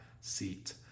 seat